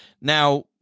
Now